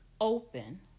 open